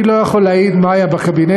אני לא יכול להעיד מה היה בקבינט,